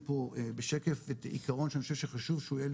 פה בשקף את העיקרון שאני חושב שחשוב שהוא יהיה